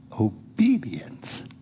obedience